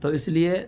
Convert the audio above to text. تو اس لیے